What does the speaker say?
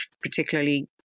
particularly